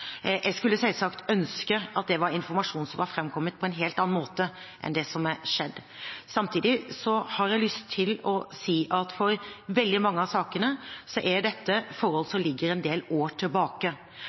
Jeg skulle selvsagt ønske at det var informasjon som hadde fremkommet på en helt annen måte enn det som har skjedd. Samtidig har jeg lyst til å si at når det gjelder veldig mange av sakene, så er dette forhold